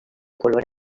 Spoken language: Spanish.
color